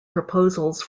proposals